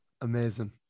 Amazing